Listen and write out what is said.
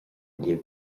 libh